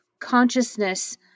Consciousness